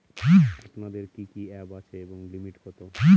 আপনাদের কি কি অ্যাপ আছে এবং লিমিট কত?